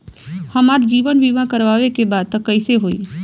हमार जीवन बीमा करवावे के बा त कैसे होई?